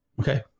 Okay